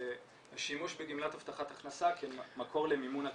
השימוש בגמלת הבטחת הכנסה כמקור למימון הטיפול.